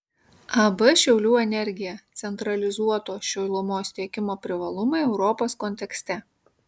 ab šiaulių energija centralizuoto šilumos tiekimo privalumai europos kontekste